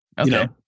okay